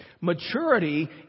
Maturity